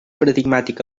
paradigmàtic